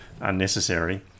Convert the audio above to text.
unnecessary